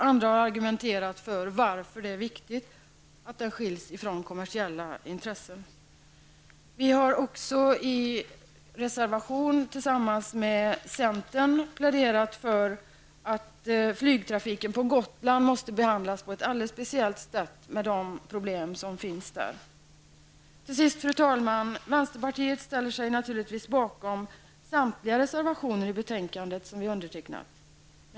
Andra har argumenterat för och sagt att det är viktigt att denna organisation skiljs från kommersiella intressen. I en reservation tillsammans med centern har vi pläderat för att flygtrafiken till Gotland måste behandlas på ett särskilt sätt med tanke på de problem som finns där. Fru talman! Vänsterpartiet ställer sig naturligtvis bakom samtliga reservationer i betänkandet som vi har undertecknat.